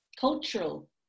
cultural